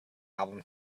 album